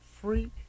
free